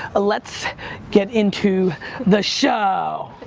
let's get into the show.